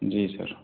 जी sir